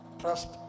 trust